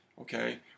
Okay